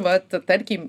vat tarkim